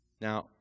Now